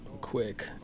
quick